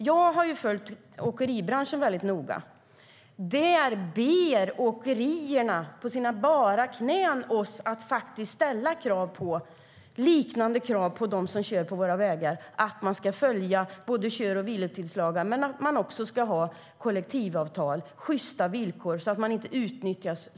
Jag har följt åkeribranschen väldigt noga, och åkerierna ber oss på sina bara knän att ställa liknande krav på alla som kör på våra vägar. Man ska följa kör och vilotidslagar och ha kollektivavtal och sjysta villkor, så att chaufförerna inte utnyttjas.